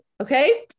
Okay